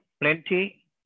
plenty